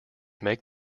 make